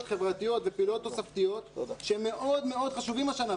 חברתיות ופעילויות תוספתיות שמאוד-מאוד חשובות השנה.